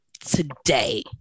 today